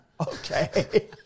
okay